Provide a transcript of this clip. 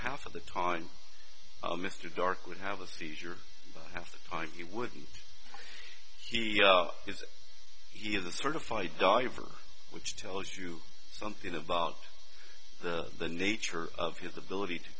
half of the time mr dark would have a seizure at the time he would he is he is a certified diver which tells you something about the nature of his ability to